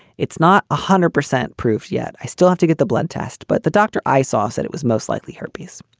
it's not one ah hundred percent proof yet. i still have to get the blood test, but the doctor i saw said it was most likely herpes.